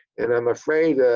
and i'm afraid,